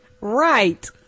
Right